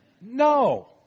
no